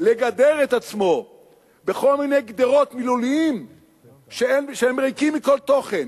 לגדר את עצמו בכל מיני גדרות מילוליים שהם ריקים מכל תוכן,